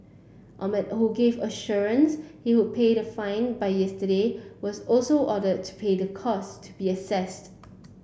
Ahmed who gave assurance he would pay the fine by yesterday was also ordered to pay the cost to be assessed